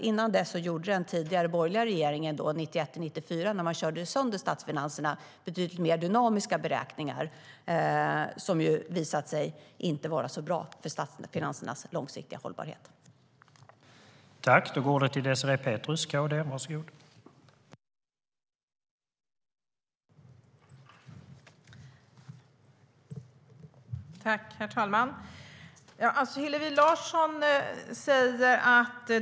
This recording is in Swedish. Innan dess gjorde den tidigare borgerliga regeringen 1991-94, då man körde sönder statsfinanserna, betydligt mer dynamiska beräkningar, som visade sig inte vara särskilt bra för statsfinansernas långsiktiga hållbarhet.